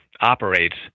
operates